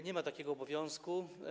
Nie ma takiego obowiązku.